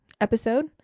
episode